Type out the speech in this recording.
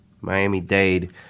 Miami-Dade